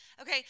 Okay